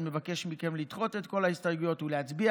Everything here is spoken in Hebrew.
אני מבקש מכם לדחות את כל ההסתייגויות ולהצביע